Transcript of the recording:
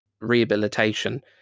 rehabilitation